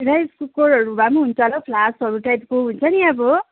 rice कुकरहरू भए हुन्छ होला हो फ्लासहरू टाइपको हुन्छ नि अब